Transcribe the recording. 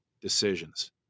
decisions